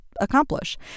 accomplish